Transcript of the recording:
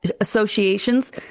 associations